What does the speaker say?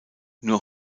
nur